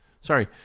Sorry